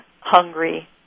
hungry